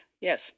Yes